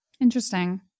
Interesting